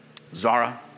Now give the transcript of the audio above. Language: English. Zara